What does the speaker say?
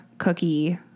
cookie